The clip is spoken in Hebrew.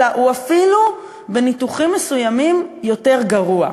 אלא הוא אפילו בניתוחים מסוימים יותר גרוע.